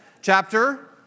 chapter